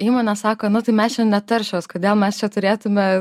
įmonės sako nu tai mes čia netaršios kodėl mes čia turėtume